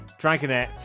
Dragonette